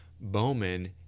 Bowman